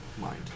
mind